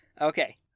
Okay